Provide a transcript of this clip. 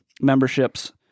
memberships